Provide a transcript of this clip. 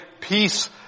peace